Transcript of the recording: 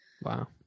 Wow